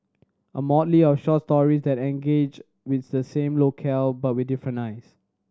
a motley of short story that engage with the same locale but with different eyes